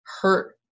hurt